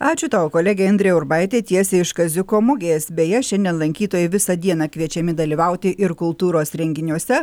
ačiū tau kolegė indrė urbaitė tiesiai iš kaziuko mugės beje šiandien lankytojai visą dieną kviečiami dalyvauti ir kultūros renginiuose